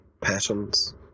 patterns